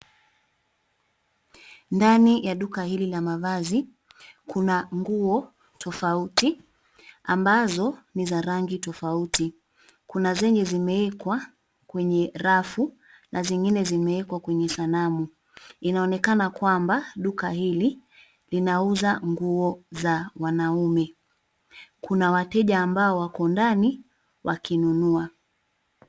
Ndani ya duka hili la mavazi, kuna nguo tofauti ambazo ni za rangi tofauti. Kuna zenye zimewekwa kwenye rafu na zingine zimeekwa kwenye sanamu. Inaonekana kwamba duka hizi linauza nguo za wanaume .Kuna wateja ambao wako ndani wakinunua.